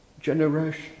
generation